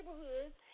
neighborhoods